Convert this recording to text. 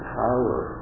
power